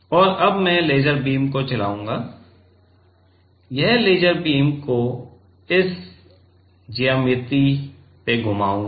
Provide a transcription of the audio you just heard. और अब मैं लेसर बीम को चलाऊगा मैं लेजर बीम को इस ज्यामिति में घुमाऊंगा